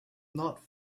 not